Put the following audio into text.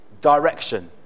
direction